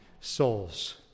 souls